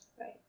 right